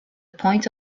point